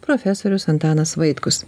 profesorius antanas vaitkus